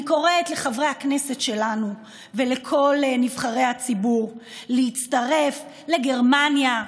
אני קוראת לחברי הכנסת שלנו ולכל נבחרי הציבור להצטרף לגרמניה,